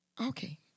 okay